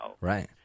right